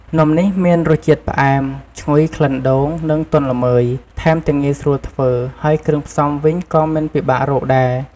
នំនេះមានរសជាតិផ្អែម ឈ្ងុយក្លិនដូង និងទន់ល្មើយ ថែមទាំងងាយស្រួលធ្វើ ហើយគ្រឿងផ្សំវិញក៏មិនពិបាករកដែរ។